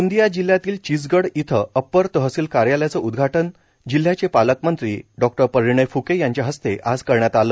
गोंदिया जिल्ह्यातील चिचगड़ इथं अप्पर तहसिल कार्यालयाचं उद्घाटन जिल्ह्याचे पालकमंत्री डॉ परिणय फ्के यांच्या हस्ते आज करण्यात आलं